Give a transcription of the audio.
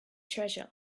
treasure